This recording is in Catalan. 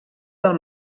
del